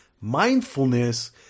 mindfulness